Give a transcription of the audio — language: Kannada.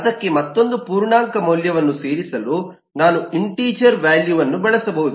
ಅದಕ್ಕೆ ಮತ್ತೊಂದು ಪೂರ್ಣಾಂಕ ಮೌಲ್ಯವನ್ನು ಸೇರಿಸಲು ನಾನು ಇಂಟಿಜರ್ ವ್ಯಾಲ್ಯೂವನ್ನು ಬಳಸಬಹುದು